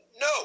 No